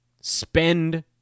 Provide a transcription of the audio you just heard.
spend